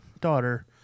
daughter